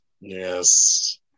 Yes